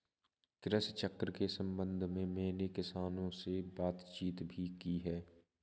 कृषि चक्र के संबंध में मैंने किसानों से बातचीत भी की है